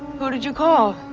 who did you call?